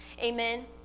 Amen